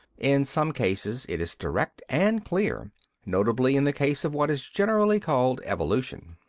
in some cases it is direct and clear notably in the case of what is generally called evolution.